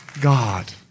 God